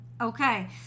okay